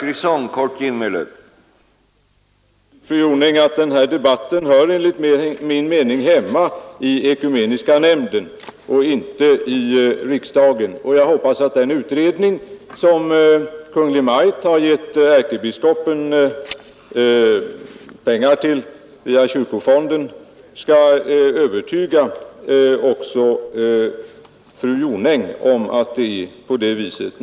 Herr talman! Jag tycker, fru Jonäng, att denna debatt hör hemma i ekumeniska nämnden och inte i riksdagen. Jag hoppas att den utredning som Kungl. Maj:t har givit ärkebiskopen pengar till via kyrkofonden skall övertyga också fru Jonäng om att det är på det sättet.